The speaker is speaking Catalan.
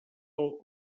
pel